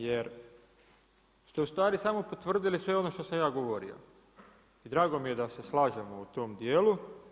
Jer ste u stvari samo potvrdili sve ono što sam ja govorio i drago mi je da se slažemo u tom dijelu.